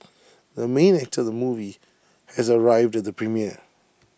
the main actor of the movie has arrived at the premiere